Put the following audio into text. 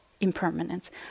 impermanence